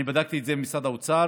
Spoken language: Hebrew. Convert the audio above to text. בדקתי את זה עם משרד האוצר